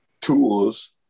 tools